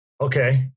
Okay